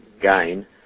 gain